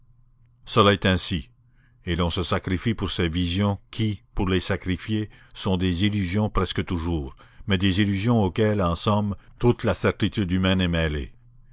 cela est ainsi et l'on se sacrifie pour ces visions qui pour les sacrifiés sont des illusions presque toujours mais des illusions auxquelles en somme toute la certitude humaine est mêlée